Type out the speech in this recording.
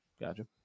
gotcha